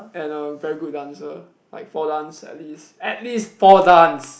and a very good dancer like for dance at least at least four dance